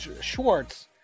schwartz